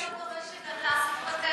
למה אתה לא דורש שגטאס יתפטר,